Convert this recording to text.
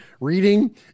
reading